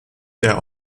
der